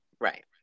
Right